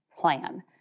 plan